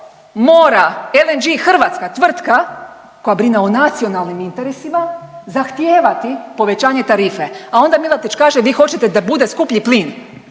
mora, LNG hrvatska tvrtka koja brine o nacionalnim interesima zahtijevati povećanje tarife, a onda Milatić kaže vi hoćete da bude skuplji plin?